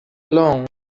along